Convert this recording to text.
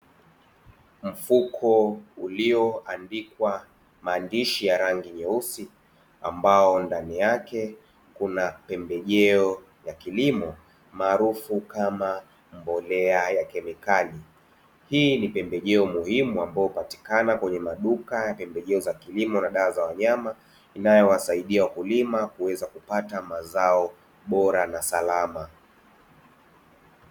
Mfuko ulioandikwa maandishi ya rangi nyeusi, ambao ndani yake kuna pembejeo ya kilimo maarufu kama mbolea ya kemikali, hii ni pembejeo muhimu ambayo hupatikana kwenye maduka ya pembejeo za kilimo na dawa za wanyama inayowasaidia wakulima kuweza kupata mazao bora na salama.